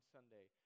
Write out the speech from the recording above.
Sunday